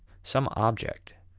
some object.